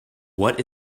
what